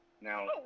Now